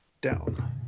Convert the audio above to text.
down